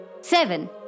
Seven